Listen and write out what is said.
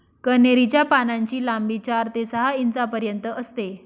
कन्हेरी च्या पानांची लांबी चार ते सहा इंचापर्यंत असते